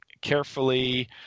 carefully